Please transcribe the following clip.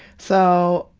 so,